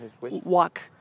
Walk